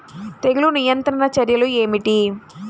తెగులు నియంత్రణ చర్యలు ఏమిటి?